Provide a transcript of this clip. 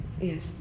Yes